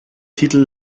titel